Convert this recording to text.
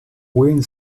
wind